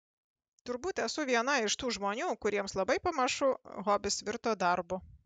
turbūt esu viena iš tų žmonių kuriems labai pamažu hobis virto darbu